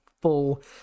full